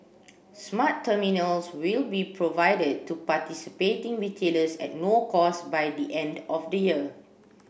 smart terminals will be provided to participating retailers at no cost by the end of the year